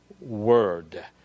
word